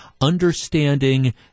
understanding